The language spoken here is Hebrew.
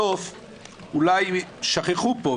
אולי שכחו פה,